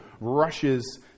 rushes